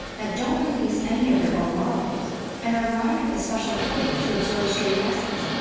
that don't release any of their own molecules and are lined with a special coating to absorb stray gases.